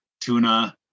tuna